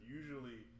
usually